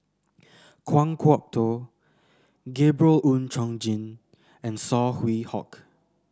Kan Kwok Toh Gabriel Oon Chong Jin and Saw Swee Hock